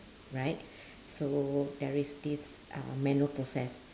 right so there is this uh manual process